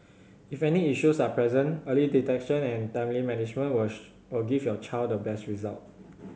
if any issues are present early detection and timely management will give your child the best result